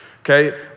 Okay